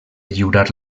lliurar